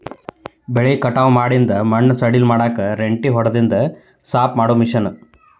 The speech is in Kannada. ಬೆಳಿ ಕಟಾವ ಮಾಡಿಂದ ಮಣ್ಣ ಸಡಿಲ ಮಾಡಾಕ ರೆಂಟಿ ಹೊಡದಿಂದ ಸಾಪ ಮಾಡು ಮಿಷನ್